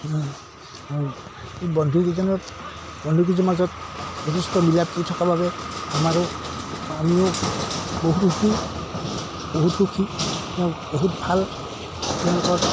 এই বন্ধুকেইজনত বন্ধুকেইজনৰ মাজত যথেষ্ট মিলা প্ৰীতি থকা বাবে আমাৰো আমিও বহু সুখী বহুত সুখী বহুত ভাল তেওঁলোকৰ